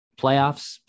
playoffs